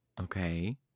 Okay